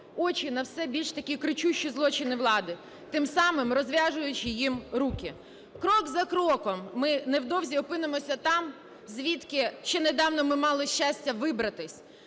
очі на все більш такі кричущі злочини влади, тим самим розв'язуючи їм руки. Крок за кроком ми невдовзі опинимося там, звідки чи недавно ми мали щастя вибратись.